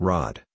Rod